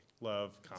Love